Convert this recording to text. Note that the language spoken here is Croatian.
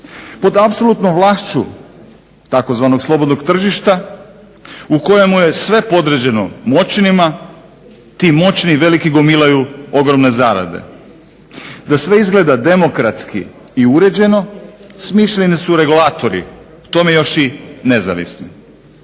Pod apsolutnom vlašću tzv. "slobodnog tržišta" u kojemu je sve podređeno moćnima ti moćni i veliki gomilaju ogromne zarade. Da sve izgleda demokratski i uređeno smišljeni su regulatori, k tome još i nezavisni.